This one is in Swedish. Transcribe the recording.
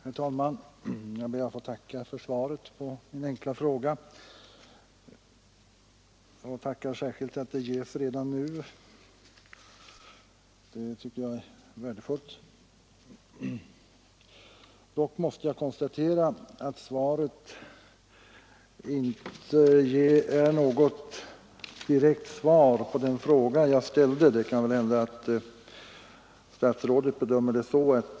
Nr 84 Herr talman! ; Jag ber att få tacka för svaret på min enkla fråga. Jag Fredagen den tackar särskilt för att det lämnas redan nu — det tycker jag är värdefullt. 17 maj 1974 Dock måste jag konstatera att det inte är något direkt svar på den I fråga jag ställde. Det kan hända att statsrådet bedömer det så att det av Ang.